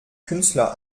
künstler